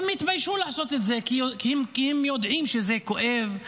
הם התביישו לעשות את זה כי הם יודעים שזה כואב,